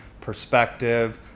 perspective